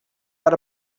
out